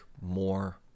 more